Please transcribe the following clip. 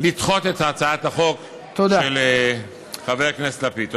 לדחות את הצעת החוק של חבר הכנסת לפיד.